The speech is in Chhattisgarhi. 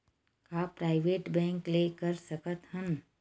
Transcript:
का प्राइवेट बैंक ले कर सकत हन?